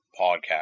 podcast